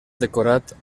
decorat